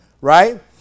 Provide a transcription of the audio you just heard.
Right